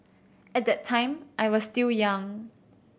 at that time I was still young